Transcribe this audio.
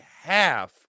half